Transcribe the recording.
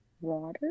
Water